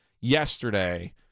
yesterday